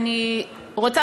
אני רוצה,